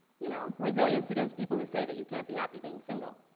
you know, resilience against people who say that you can't be happy being single.